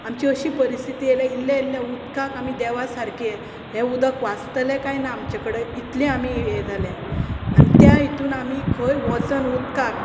आमची अशीं परीस्थिती येयल्या इल्ल्या इल्ल्या उदकाक आमी देवा सारके हें उदक वाचतलें कांय ना आमचें कडेन इतलें आमी ये जाल्या आनी त्या इतून आमी खंय वचून उदकाक सगळें